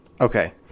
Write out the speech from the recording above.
Okay